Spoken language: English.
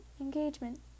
engagement